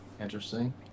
Interesting